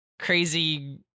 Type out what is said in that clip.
crazy